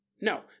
No